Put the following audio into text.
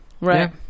Right